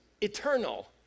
eternal